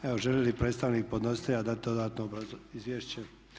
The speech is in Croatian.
Evo želi li predstavnik podnositelja dati dodatno izvješće?